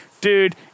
Dude